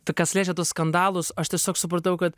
t kas liečia tuos skandalus aš tiesiog supratau kad